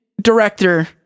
director